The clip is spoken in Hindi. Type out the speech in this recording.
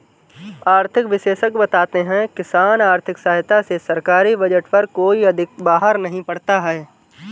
आर्थिक विशेषज्ञ बताते हैं किसान आर्थिक सहायता से सरकारी बजट पर कोई अधिक बाहर नहीं पड़ता है